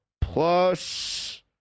plus